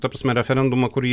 ta prasme referendumą kurį